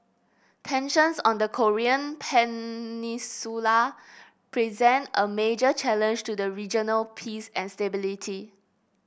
tensions on the Korean Peninsula present a major challenge to the regional peace and stability